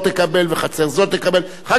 אחר כך הם יחליטו מי רעב ומי לא רעב.